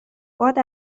باد